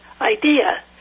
idea